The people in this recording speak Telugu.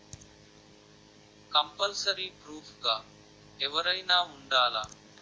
కంపల్సరీ ప్రూఫ్ గా ఎవరైనా ఉండాలా?